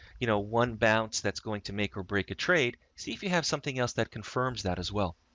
you know, one bounce that's going to make or break a trade. see if you have something else that confirms that as well.